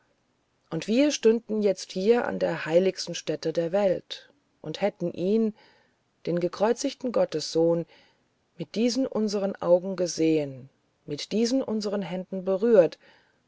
und wir stünden jetzt hier an der heiligsten stätte der welt und hätten ihn den gekreuzigten gottessohn mit diesen unseren augen gesehen mit diesen unseren händen berührt